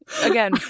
Again